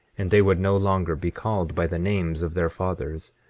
and they would no longer be called by the names of their fathers,